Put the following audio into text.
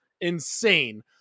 Insane